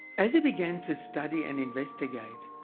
as he began to study and investigate,